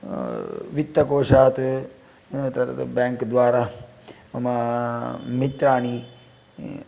वित्तकोशात् ततद् बेङ्क् द्वारा मम मित्राणि